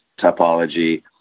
topology